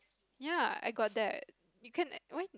ya I got that you can when